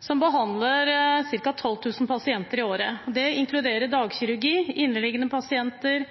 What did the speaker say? som behandler ca. 12 000 pasienter i året. Det inkluderer dagkirurgi, inneliggende pasienter og